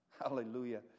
Hallelujah